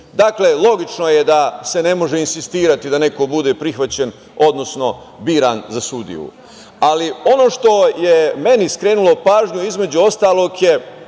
drugi, logično je da se ne može insistirati da neko bude prihvaćen, odnosno biran za sudiju, ali ono što je meni skrenulo pažnju, između ostalog,